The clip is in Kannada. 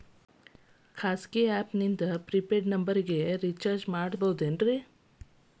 ಖಾಸಗಿ ಆ್ಯಪ್ ನಿಂದ ಫ್ರೇ ಪೇಯ್ಡ್ ನಂಬರಿಗ ರೇಚಾರ್ಜ್ ಮಾಡಬಹುದೇನ್ರಿ?